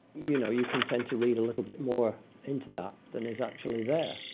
you know, you can tend to read a little bit more into that than is actually there.